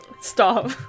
Stop